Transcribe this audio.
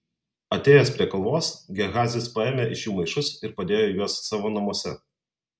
atėjęs prie kalvos gehazis paėmė iš jų maišus ir padėjo juos savo namuose